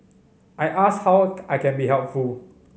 I ask how I can be helpful